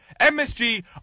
MSG